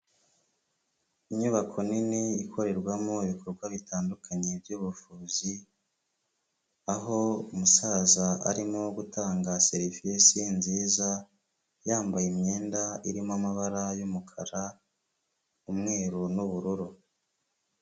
Inyubako nini ikorerwamo ibikorwa bitandukanye by'ubuvuzi, aho umusaza arimo gutanga serivisi nziza, yambaye imyenda irimo amabara y'umukara, umweru n'ubururu.